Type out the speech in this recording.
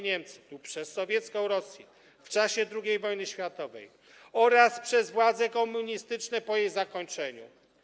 Niemcy lub przez sowiecką Rosję w czasie II wojny światowej oraz przez władze komunistyczne po jej zakończeniu.